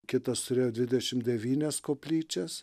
kitas turėjo dvidešimt devynias koplyčias